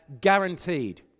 guaranteed